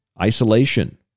isolation